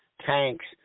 tanks